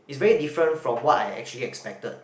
it's very different from what I actually expected